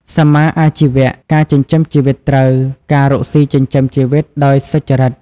សម្មាអាជីវៈ ការចិញ្ចឹមជីវិតត្រូវ ការរកស៊ីចិញ្ចឹមជីវិតដោយសុចរិត។